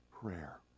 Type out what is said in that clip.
Prayer